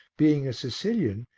being a sicilian,